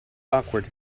awkward